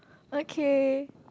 okay